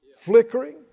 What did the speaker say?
flickering